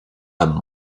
amb